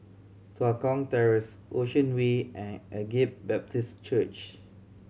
Tua Kong Terrace Ocean Way and Agape Baptist Church